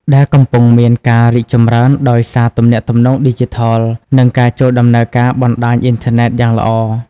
ដែលកំពុងមានការរីកចម្រើនដោយសារទំនាក់ទំនងឌីជីថល និងការចូលដំណើរការបណ្តាញអុីនធឺណេតយ៉ាងល្អ។